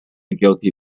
guilty